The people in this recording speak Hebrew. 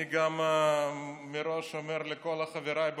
אני גם מראש אומר לכל חבריי בקואליציה: